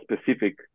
specific